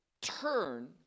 turn